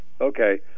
Okay